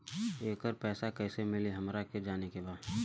येकर पैसा कैसे मिलेला हमरा के जाने के बा?